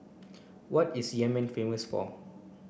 what is Yemen famous for